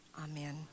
Amen